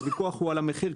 הוויכוח הוא על המחיר,